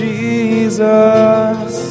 Jesus